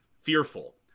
fearful